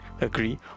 agree